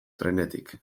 trenetik